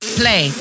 play